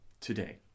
Today